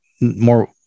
more